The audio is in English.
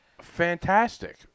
Fantastic